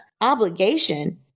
obligation